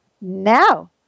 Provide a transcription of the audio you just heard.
now